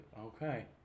Okay